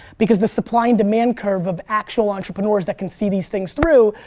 because the supply and demand curve of actual entrepreneurs that can see these things through,